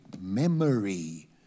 memory